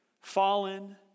fallen